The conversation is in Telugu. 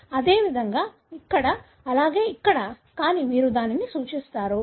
అదేవిధంగా ఇక్కడ అలాగే ఇక్కడ కానీ మీరు దానిని సూచిస్తారు